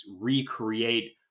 recreate